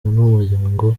n’umuryango